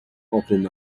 opening